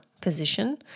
position